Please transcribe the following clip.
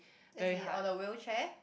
as in on the wheelchair